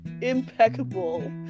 Impeccable